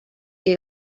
que